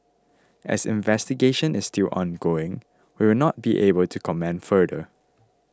as investigation is still ongoing we will not be able to comment further